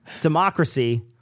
democracy